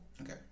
okay